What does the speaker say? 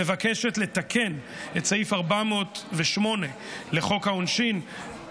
מבקשת לתקן את סעיף 408 לחוק העונשין,